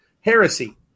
heresy